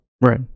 Right